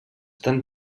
tan